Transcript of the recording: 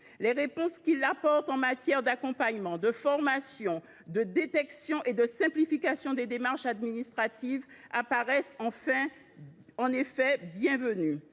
les réponses qu’il apporte en matière d’accompagnement, de formation, de détection et de simplification des démarches administratives apparaissent bienvenues.